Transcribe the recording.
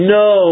no